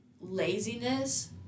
laziness